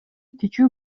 кичүү